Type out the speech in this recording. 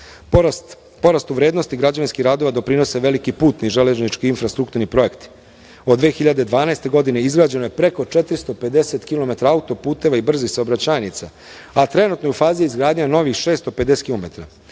evra. Porast u vrednosti građevinskih radova doprinose veliki putni i železnički i infrastrukturni projekti. Od 2012. godine izgrađeno je preko 450 kilometara autoputeva i brzih saobraćajnica, a trenutno je u fazi izgradnje novih 650